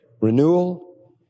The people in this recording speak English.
renewal